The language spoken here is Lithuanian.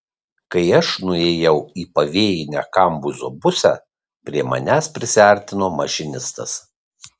kai aš nuėjau į pavėjinę kambuzo pusę prie manęs prisiartino mašinistas